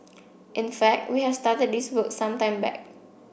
in fact we have started this work some time back